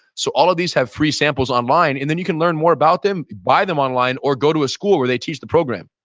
so all of these have free samples online and then you can learn more about them, buy them online or go to a school where they teach the program.